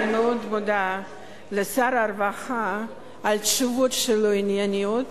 אני מאוד מודה לשר הרווחה על התשובות הענייניות.